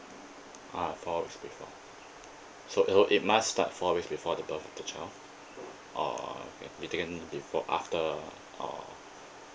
ah four weeks before so uh so it must start four weeks before the birth of the child or we take in before after or